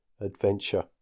adventure